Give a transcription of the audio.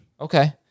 Okay